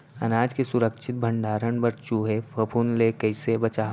अनाज के सुरक्षित भण्डारण बर चूहे, फफूंद ले कैसे बचाहा?